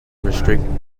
restrict